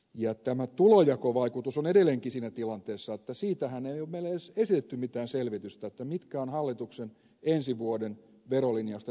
ja tämä tulonjakovaikutus on edelleenkin siinä tilanteessa että siitähän ei ole meille edes esitetty mitään selvitystä mitkä ovat hallituksen ensi vuoden verolinjausten tulonjakovaikutukset